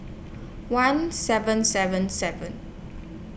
one seven seven seven